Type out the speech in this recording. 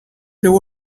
there